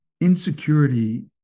insecurity